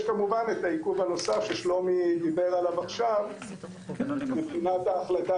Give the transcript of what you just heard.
יש גם העיכוב הנוסף ששלומי דיבר עליו עכשיו מבחינת ההחלטה